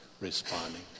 responding